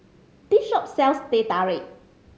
this shop sells Teh Tarik